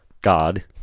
God